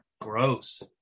gross